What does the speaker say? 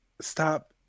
stop